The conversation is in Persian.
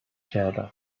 کردم